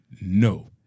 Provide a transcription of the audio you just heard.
No